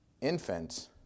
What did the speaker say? infants